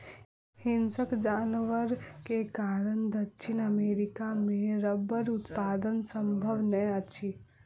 हिंसक जानवर के कारण दक्षिण अमेरिका मे रबड़ उत्पादन संभव नै अछि